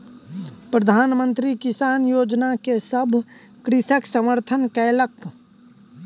प्रधान मंत्री किसान योजना के सभ कृषक समर्थन कयलक